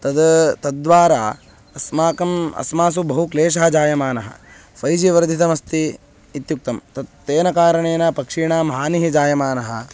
तद् तद्वारा अस्माकम् अस्मासु बहु क्लेशः जायमानः फ़ै जि वर्धितमस्ति इत्युक्तं तत् तेन कारणेन पक्षीणां हानिः जायमाना